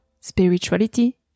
spirituality